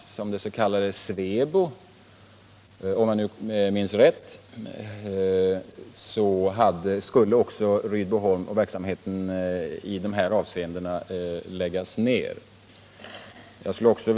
Om Rydboholms AB vill jag säga att regeringen, om riksdagen följer utskottets förslag, självfallet kommer att undersöka verksamheten där och ta stor hänsyn till vad utskottet har framhållit. Jag vill påminna om att verksamheten vid Rydboholms AB i de aktuella avseendena enligt den tidigare avtalskonstruktion som fanns beträffande det s.k. SWEBO skulle läggas ner.